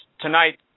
tonight